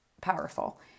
powerful